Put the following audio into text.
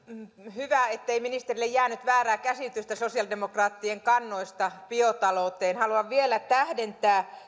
hyvä ettei ministerille jäänyt väärää käsitystä sosialidemokraattien kannoista biotalouteen haluan vielä tähdentää